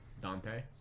Dante